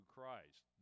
Christ